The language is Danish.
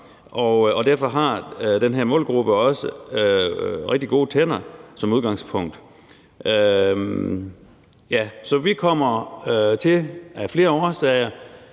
og derfor har den her målgruppe også rigtig gode tænder som udgangspunkt. Så vi kommer af flere årsager